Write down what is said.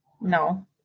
No